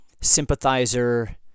sympathizer